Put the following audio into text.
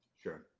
Sure